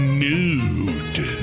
nude